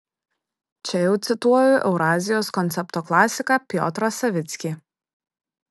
čia jau cituoju eurazijos koncepto klasiką piotrą savickį